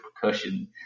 percussion